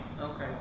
Okay